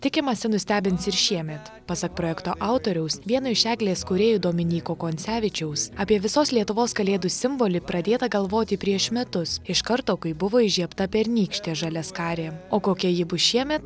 tikimasi nustebins ir šiemet pasak projekto autoriaus vieno iš eglės kūrėjų dominyko koncevičiaus apie visos lietuvos kalėdų simbolį pradėta galvoti prieš metus iš karto kai buvo įžiebta pernykštė žaliaskarė o kokia ji bus šiemet